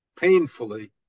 painfully